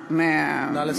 נא לסיים.